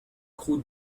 route